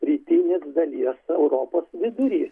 rytinis dalies europos vidury